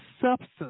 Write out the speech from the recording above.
substance